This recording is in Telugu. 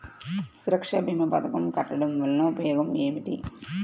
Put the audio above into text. సురక్ష భీమా పథకం కట్టడం వలన ఉపయోగం ఏమిటి?